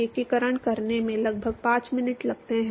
एकीकरण करने में लगभग 5 मिनट लगते हैं